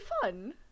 fun